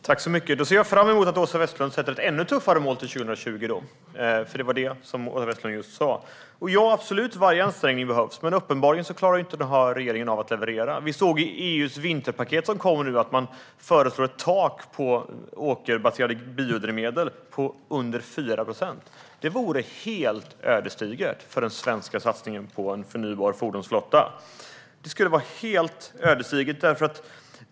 Herr talman! Då ser jag fram emot att Åsa Westlund sätter ett ännu tuffare mål till 2020 - det var ju det hon just sa. Jag håller absolut med om att varje ansträngning behövs, men den här regeringen klarar uppenbarligen inte av att leverera. Vi såg i EU:s vinterpaket, som kommer nu, att man föreslår ett tak på åkerbaserade biodrivmedel på under 4 procent. Detta vore helt ödesdigert för den svenska satsningen på en förnybar fordonsflotta. Det skulle vara helt ödesdigert.